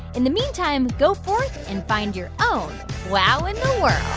in the meantime, go forth and find your own wow in